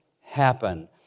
happen